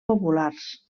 populars